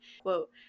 quote